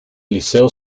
liceo